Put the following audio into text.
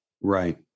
Right